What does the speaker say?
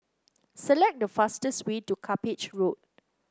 select the fastest way to Cuppage Road